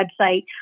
website